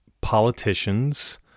politicians